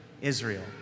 Israel